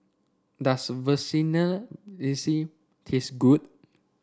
does taste good